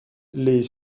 les